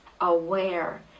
Aware